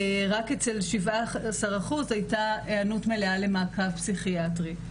רק אצל 17% הייתה היענות מלאה למעקב פסיכיאטרי.